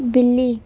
بلی